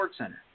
SportsCenter